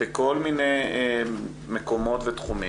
בכל מיני מקומות ותחומים,